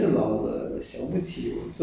um